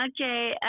okay